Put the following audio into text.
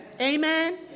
Amen